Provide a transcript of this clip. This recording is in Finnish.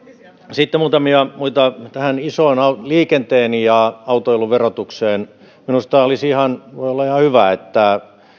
sitten muutamia muita kysymyksiä tähän liikenteen ja autoilun verotukseen minusta voi olla ihan hyvä että